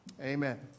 Amen